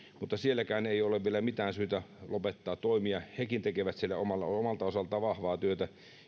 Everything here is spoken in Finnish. mutta sielläkään ei ole vielä mitään syytä lopettaa toimia hekin tekevät siellä omalta osaltaan vahvaa työtä